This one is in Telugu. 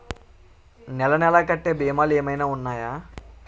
నెల నెల కట్టే భీమాలు ఏమైనా ఉన్నాయా?